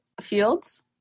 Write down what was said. fields